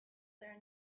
there